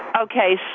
Okay